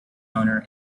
owner